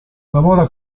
lavora